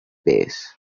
pace